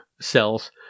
cells